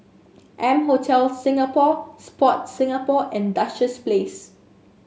M Hotel Singapore Sport Singapore and Duchess Place